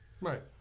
right